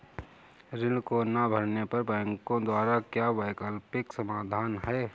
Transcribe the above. ऋण को ना भरने पर बैंकों द्वारा क्या वैकल्पिक समाधान हैं?